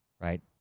right